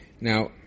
Now